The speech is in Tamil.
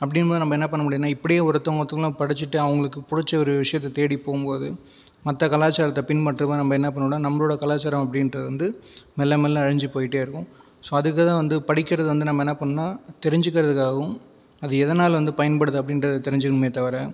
அப்படிங்கும்போது நம்ம என்ன பண்ண முடியும்ன்னால் இப்படியே ஒருத்தவங்க ஒருத்தவங்களாக படிச்சுட்டு அவர்களுக்கு பிடிச்ச ஒரு விஷயத்தை தேடிப் போகும்போது மற்ற கலாச்சாரத்தை பின்பற்றும் போது நம்ம என்ன பண்ணுவோம்ன்னால் நம்மளோடய கலாச்சாரம் அப்படிங்றது வந்து மெல்ல மெல்ல அழிஞ்சு போய்கிட்டே இருக்கும் ஸோ அதுக்குதான் வந்து படிக்கிறது வந்து நம்ம என்ன பண்ணணும்ன்னால் தெரிஞ்சுக்கிறதுக்காகவும் அது எதனால் வந்து பயன்படுது அப்படிங்றத தெரிஞ்சுக்கணுமே தவிர